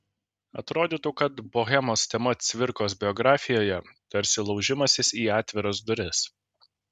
atrodytų kad bohemos tema cvirkos biografijoje tarsi laužimasis į atviras duris